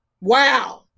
wow